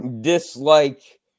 dislike